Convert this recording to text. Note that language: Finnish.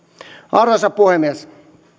arvoisa puhemies on huolestuttavaa että kyseistä